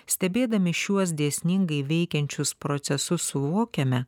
stebėdami šiuos dėsningai veikiančius procesus suvokiame